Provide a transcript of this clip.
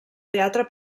teatre